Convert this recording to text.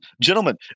Gentlemen